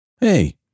Hey